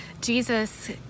jesus